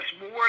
more